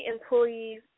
employees